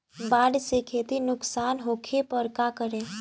बाढ़ से खेती नुकसान होखे पर का करे?